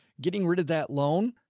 getting rid of that loan.